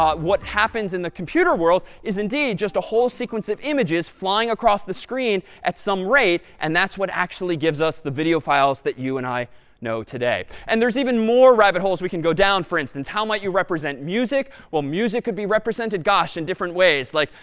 um what happens in the computer world is indeed just a whole sequence of images flying across the screen at some rate. and that's what actually gives us the video files that you and i know today. and there's even more rabbit holes we can go down. for instance, how might you represent music? well, music, could be represented, gosh, in different ways. like,